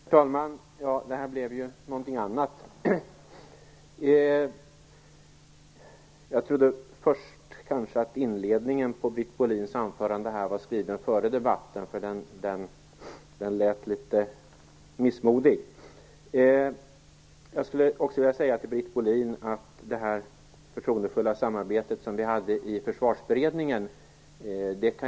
Herr talman! Det här blev någonting annat. Jag trodde först att inledningen till Britt Bohlins anförande var skriven före debatten, för den lät litet missmodig. Jag vill också säga till Britt Bohlin att jag kan vidimera det förtroendefulla samarbete vi hade i Försvarsberedningen.